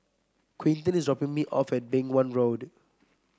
Quinton is dropping me off at Beng Wan Road